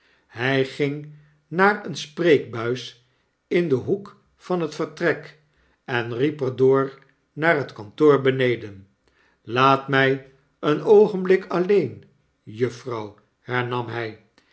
hy ging naar een spreekbuis in den hoek van het vertrek en riep er door naar het kantoor beneden laat my een oogenblik alleen juffrouw hernam hy